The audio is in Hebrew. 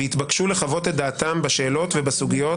ויתבקשו לחוות את דעתם בשאלות ובסוגיות,